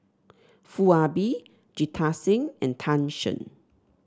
Foo Ah Bee Jita Singh and Tan Shen